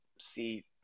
see